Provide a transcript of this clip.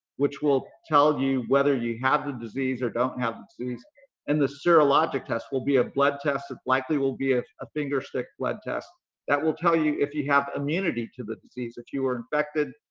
which will tell you whether you have the disease or don't have the disease and the serologic test will be a blood test. it likely will be a finger stick blood test that will tell you if you have immunity to the disease. if you are infected,